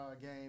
Game